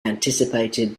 anticipated